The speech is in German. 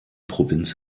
provinz